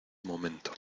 momento